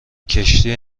کشتی